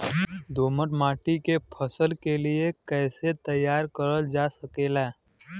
दोमट माटी के फसल के लिए कैसे तैयार करल जा सकेला?